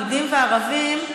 יהודים וערבים,